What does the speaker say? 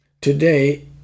Today